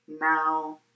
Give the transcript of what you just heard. Now